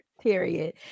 Period